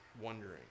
wondering